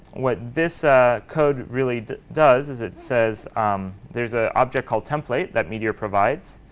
what this ah code really does is it says there's a object called template that meteor provides.